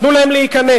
תנו להם להיכנס.